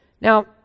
Now